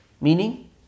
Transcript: Meaning